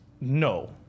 No